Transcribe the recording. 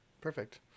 perfect